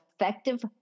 effective